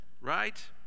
Right